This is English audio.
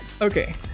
Okay